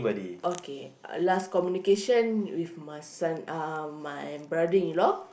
okay last communication with my son uh my brother-in-law